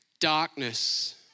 darkness